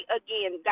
again